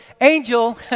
angel